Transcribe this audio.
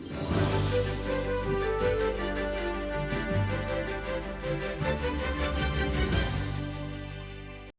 Дякую